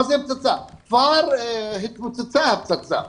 כבר התפוצצה הפצצה.